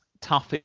tough